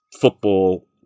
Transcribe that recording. football